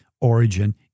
origin